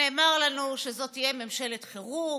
נאמר לנו שזאת תהיה ממשלת חירום,